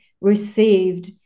received